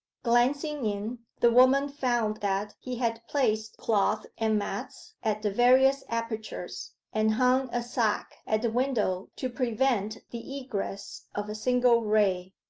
glancing in, the woman found that he had placed cloths and mats at the various apertures, and hung a sack at the window to prevent the egress of a single ray.